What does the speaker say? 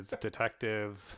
detective